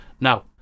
Now